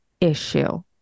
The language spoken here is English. issue